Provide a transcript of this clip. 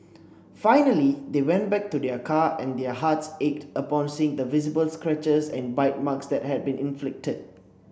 finally they went back to their car and their hearts ached upon seeing the visible scratches and bite marks that had been inflicted